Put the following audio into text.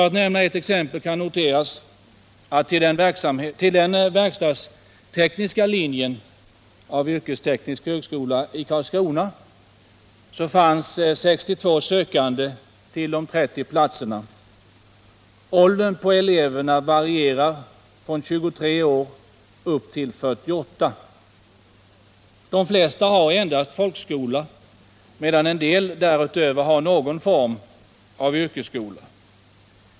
Som ett exempel kan jag nämna att vid den verkstadstekniska linjen av yrkesteknisk högskola som finns i Karlskrona fanns 62 sökande till de 30 platserna. Elevernas ålder varierar från 23 år upp till 48. De flesta har endast folkskola, medan en del därutöver har någon form av yrkesskola.